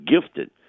gifted